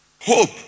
Hope